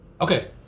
Okay